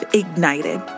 ignited